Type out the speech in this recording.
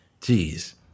Jeez